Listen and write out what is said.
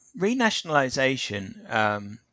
renationalisation